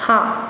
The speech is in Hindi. हाँ